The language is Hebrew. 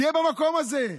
תהיה במקום הזה,